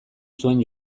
zuen